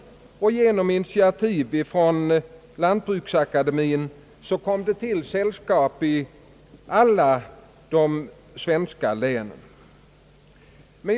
Genom initiativ från lantbruksakademin tillkom sällskap i alla svenska län.